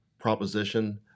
proposition